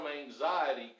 anxiety